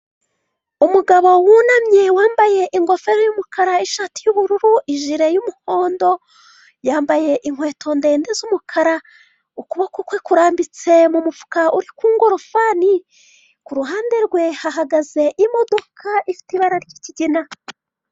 Umugabo wunamye wambaye ingofero y'umukara, ishati y'ubururu, ijire y'umuhondo. Yambaye inkweto ndende z'umukara, ukuboko kwe kurambitse mu mufuka uri ku ngorofani. Ku ruhande rwe hahagaze imodoka ifite ibara ry'ikigina.